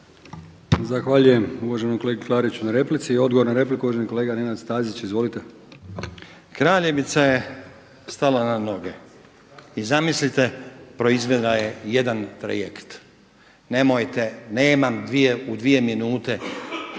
Zahvaljujem uvaženom kolegi Klariću na replici. Odgovor na repliku uvaženi kolega Nenad Stazić. Izvolite. **Stazić, Nenad (SDP)** Kraljevica je stala na noge i zamislite proizvela je jedan trajekt. Nemojte, nemam dvije, u dvije minute,